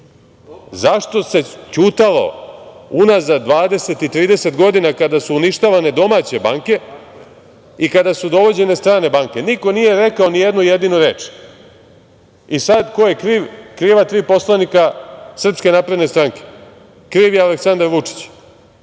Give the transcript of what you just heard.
Zašto se ćutalo unazad 20 i 30 godina kada su uništavane domaće banke i kada su dovođene strane banke? Niko nije rekao ni jednu jedinu reč. I, sad ko je kriv? Kriva tri poslanika SNS. Kriv je Aleksandar Vučić.